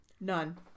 none